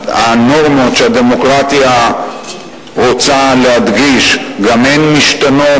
הנורמות שהדמוקרטיה רוצה להדגיש גם הן משתנות,